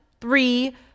three